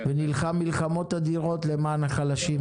הוא נלחם מלחמות אדירות למען החלשים.